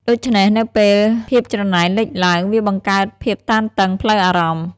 ដូច្នេះ នៅពេលភាពច្រណែនលេចឡើង វាបង្កើតភាពតានតឹងផ្លូវអារម្មណ៍។